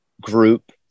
group